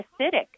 acidic